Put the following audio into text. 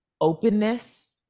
openness